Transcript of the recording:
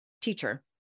teacher